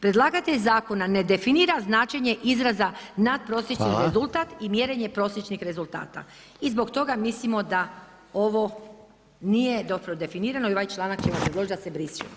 Predlagatelj zakona ne definira značenje izraza natprosječni rezultat [[Upadica: Hvala.]] i mjerenje prosječnih rezultata i zbog toga mislimo da ovo nije dobro definirano i ovaj članak ćemo predložit da se briše.